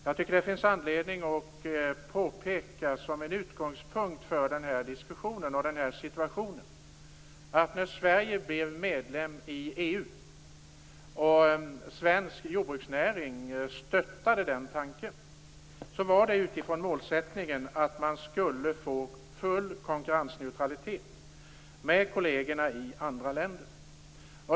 Som en utgångspunkt för den här diskussionen och situationen tycker jag att det finns anledning att påpeka att när Sverige blev medlem i EU - och svensk jordbruksnäring stöttade den tanken - var det med målsättningen att man skulle få full konkurrensneutralitet med kollegerna i andra länder.